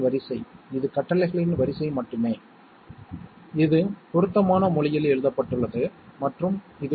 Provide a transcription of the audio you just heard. உதாரணமாக நீங்கள் காம்ப்ளிமென்ட்ஸ்ஸை நினைத்தால் A OR A' 1 ஏன்